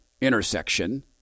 intersection